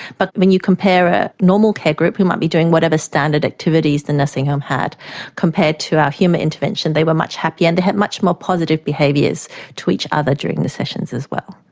but when you compare a normal care group who might be doing whatever standard activities the nursing home had compared to our humour intervention, they were much happier and they had much more positive behaviours to each other during the sessions as well.